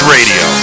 Radio